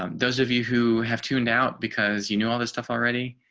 um those of you who have tuned out because you know all this stuff already.